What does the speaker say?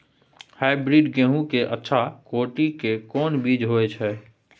Hybrid गेहूं के अच्छा कोटि के कोन बीज होय छै?